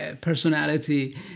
personality